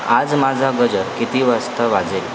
आज माझा गजर किती वाजता वाजेल